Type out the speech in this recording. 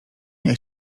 nie